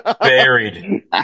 buried